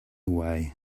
away